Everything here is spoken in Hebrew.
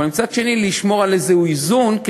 אבל מצד שני לשמור על איזשהו איזון,